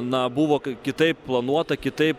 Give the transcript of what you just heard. na buvo kitaip planuota kitai